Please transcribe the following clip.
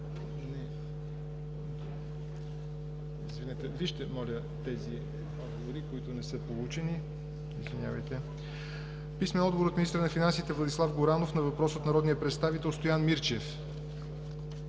Иванов; - министъра на финансите Владислав Горанов на въпрос от народния представител Стоян Мирчев;